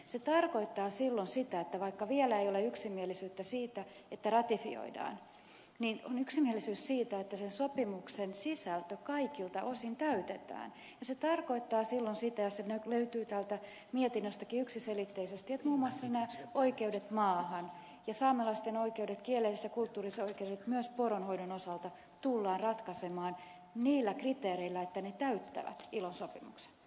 se tarkoittaa silloin sitä että vaikka vielä ei ole yksimielisyyttä siitä että ratifioidaan niin on yksimielisyys siitä että sen sopimuksen sisältö kaikilta osin täytetään ja se tarkoittaa silloin sitä ja se löytyy täältä mietinnöstäkin yksiselitteisesti että muun muassa nämä oikeudet maahan saamelaisten oikeudet kielellisessä kulttuurissa ja oikeudet myös poronhoidon osalta tullaan ratkaisemaan niillä kriteereillä että ne täyttävät ilon sopimuksen